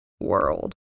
world